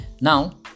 now